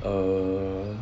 err